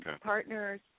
Partners